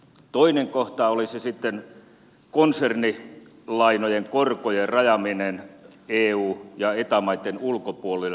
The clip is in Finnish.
toinen kohta olisi sitten konsernilainojen korkojen rajaaminen eu ja eta maitten ulkopuolelle meneviin maihin